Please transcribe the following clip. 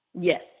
Yes